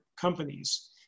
companies